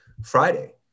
friday